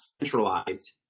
centralized